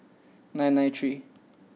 nine nine three